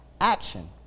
Action